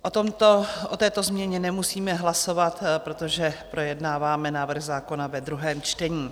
O této změně nemusíme hlasovat, protože projednáváme návrh zákona ve druhém čtení.